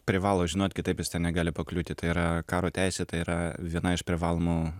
privalo žinot kitaip jis ten negali pakliūti tai yra karo teisė tai yra viena iš privalomų